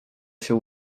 się